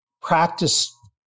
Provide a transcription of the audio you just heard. practice